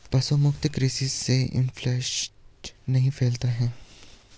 पशु मुक्त कृषि से इंफ्लूएंजा नहीं फैलता है